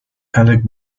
alec